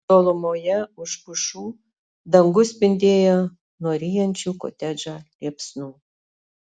tolumoje už pušų dangus spindėjo nuo ryjančių kotedžą liepsnų